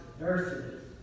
nurses